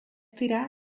dira